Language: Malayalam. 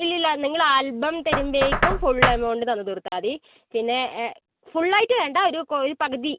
ഇല്ലില്ലാ നിങ്ങൾ ആൽബം തരുമ്പഴേക്കും ഫുൾ എമൗണ്ട് തന്ന് തീർത്താൽ മതി പിന്നെ ഫുള്ളായിട്ട് വേണ്ടാ ഒരു പകുതി